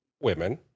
women